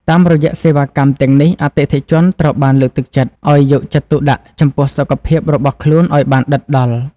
តាមរយៈសេវាកម្មទាំងនេះ អតិថិជនត្រូវបានលើកទឹកចិត្តឲ្យយកចិត្តទុកដាក់ចំពោះសុខភាពរបស់ខ្លួនឱ្យបានដិតដល់។